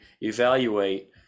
evaluate